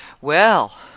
Well